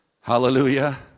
hallelujah